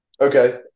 okay